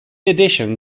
addition